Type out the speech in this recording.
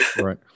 Right